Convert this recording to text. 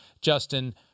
Justin